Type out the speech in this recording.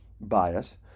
bias